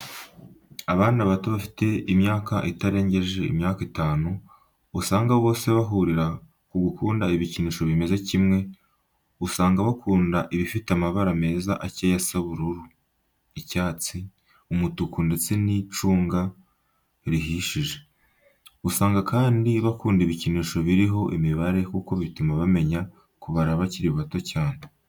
Abana bato bafite imyaka itarengeje imyaka itanu, usanga bose bahurira ku gukunda ibikinisho bimeze kimwe, usanga bakunda ibifite amabara meza akeye asa ubururu, icyatsi, umutuku, ndetse n'icunga rihishije, usanga kandi bakunda ibikinisho biriho imibare kuko bituma bamenya kubara bakiri bato cyane.